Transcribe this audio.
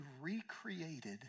recreated